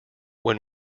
when